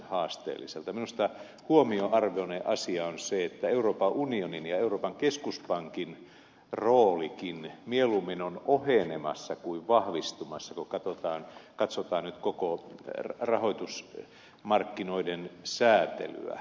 minusta huomionarvoinen asia on se että euroopan unionin ja euroopan keskuspankin roolikin mieluummin on ohenemassa kuin vahvistumassa kun katsotaan koko rahoitusmarkkinoiden säätelyä